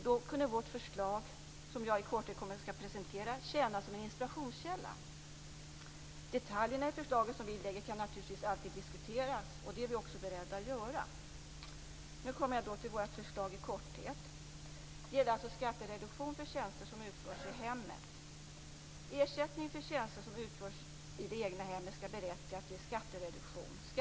Då kunde vårt förslag, som jag i korthet skall presentera, tjäna som en inspirationskälla. Detaljerna i det förslag som vi lägger fram kan naturligtvis alltid diskuteras. Det är vi också beredda att göra. Nu kommer jag till vårt förslag i korthet. Det gäller alltså skattereduktion för tjänster som utförs i hemmet.